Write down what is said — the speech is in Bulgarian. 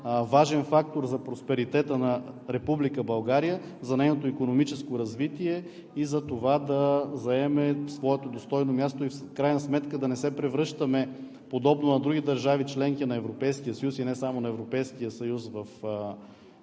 важен фактор за просперитета на Република България, за нейното икономическо развитие и за това да заеме своето достойно място, в крайна сметка да не се превръщаме подобно на други държави –членки на Европейския съюз, и не само